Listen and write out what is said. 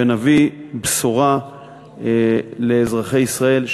ונביא בשורה לאזרחי ישראל,